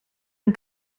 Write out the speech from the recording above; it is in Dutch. een